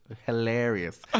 hilarious